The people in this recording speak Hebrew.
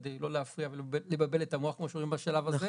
כדי לא להפריע ולבלבל את המוח בשלב הזה,